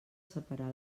separar